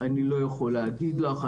אני לא יכול להגיד לך.